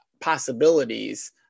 possibilities